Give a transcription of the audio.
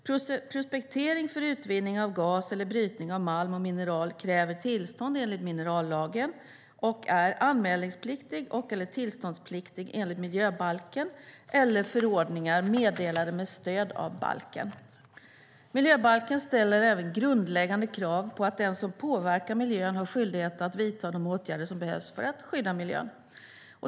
Prospektering för utvinning av gas eller brytning av malm och mineral kräver tillstånd enligt minerallagen och är anmälningspliktig eller tillståndspliktig enligt miljöbalken eller förordningar meddelade med stöd av balken. Miljöbalken ställer även grundläggande krav på att den som påverkar miljön har en skyldighet att vidta de åtgärder som behövs för att skydda miljön.